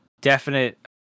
definite